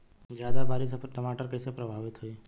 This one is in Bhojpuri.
ज्यादा बारिस से टमाटर कइसे प्रभावित होयी?